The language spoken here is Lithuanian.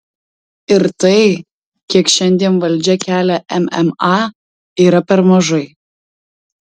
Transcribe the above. ir tai kiek šiandien valdžia kelia mma yra per mažai